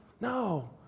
No